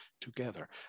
together